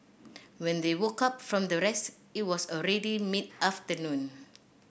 when they woke up from their rest it was already mid afternoon